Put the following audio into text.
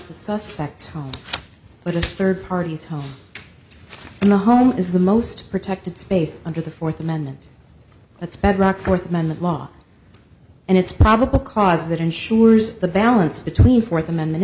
suspect but a third party's home and the home is the most protected space under the fourth amendment that's bedrock fourth amendment law and it's probable cause that ensures the balance between fourth amendment